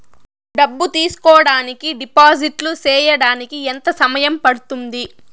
డబ్బులు తీసుకోడానికి డిపాజిట్లు సేయడానికి ఎంత సమయం పడ్తుంది